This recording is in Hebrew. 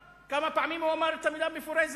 כמה פעמים הוא אמר את המלה מפורזת?